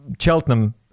Cheltenham